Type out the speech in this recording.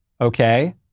Okay